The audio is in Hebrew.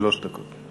שלוש דקות.